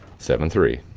seventy three.